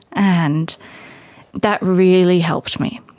and that really helped me,